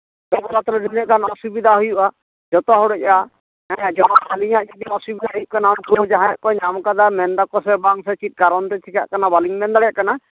ᱯᱚᱱᱚᱛ ᱨᱮᱜᱮ ᱛᱤᱱᱟᱹᱜ ᱜᱟᱱ ᱚᱥᱩᱵᱤᱫᱟ ᱦᱩᱭᱩᱜᱼᱟ ᱡᱚᱛᱚ ᱦᱚᱲᱟᱜ ᱜᱮ ᱦᱮᱸ ᱡᱚᱢᱟᱜ ᱵᱷᱟᱜᱮ ᱜᱮ ᱚᱥᱩᱵᱤᱫᱟ ᱦᱩᱭᱩᱜ ᱠᱟᱱᱟ ᱡᱟᱦᱟᱸᱭ ᱠᱚ ᱧᱟᱢ ᱠᱟᱫᱟ ᱮᱱᱫᱟᱠᱚ ᱥᱮ ᱵᱟᱝ ᱪᱮᱫ ᱠᱟᱨᱚᱱ ᱛᱮ ᱠᱟᱨᱚᱱ ᱫᱚ ᱪᱮᱠᱟᱜ ᱠᱟᱱᱟ ᱵᱟᱞᱤᱧ ᱢᱮᱱ ᱫᱟᱲᱮᱭᱟᱜ ᱠᱟᱱᱟ